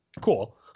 cool